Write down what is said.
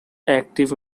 active